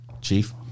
chief